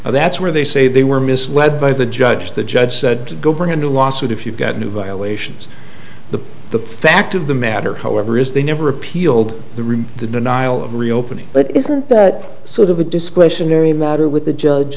and that's where they say they were misled by the judge the judge said go for a new lawsuit if you've got a new violations the the fact of the matter however is they never appealed the room the denial of reopening but isn't that sort of a discretionary matter with the judge